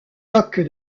coque